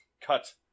cut